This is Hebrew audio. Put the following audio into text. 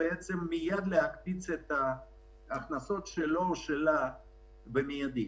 להקפיץ את ההכנסות שלו באופן מיידי.